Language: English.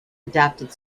adapted